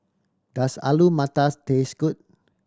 does Alu Matars taste good